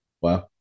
Wow